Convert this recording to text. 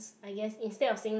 I guess instead of saying like